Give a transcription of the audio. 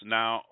now